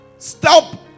Stop